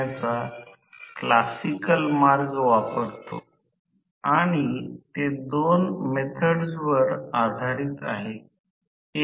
आणि हे एका शी जोडलेले आहे अनंत असे म्हणतात जिथे व्होल्टेज आणि वारंवारता स्थिर असते